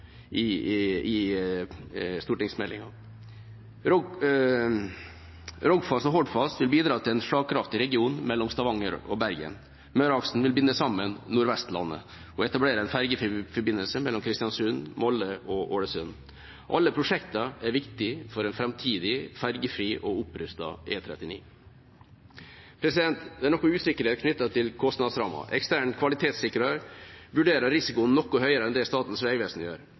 i stortingsmeldinga. Rogfast og Hordfast vil bidra til en slagkraftig region mellom Stavanger og Bergen. Møreaksen vil binde sammen Nord-Vestlandet og etablere en fergefri forbindelse mellom Kristiansund, Molde og Ålesund. Alle prosjektene er viktige for en framtidig fergefri og opprustet E39. Det er noe usikkerhet knyttet til kostnadsrammen. Ekstern kvalitetssikrer vurderer risikoen noe høyere enn det Statens vegvesen gjør,